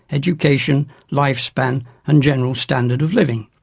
education, lifespan and general standard of living.